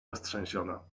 roztrzęsiona